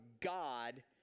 god